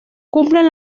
cumplen